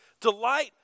Delight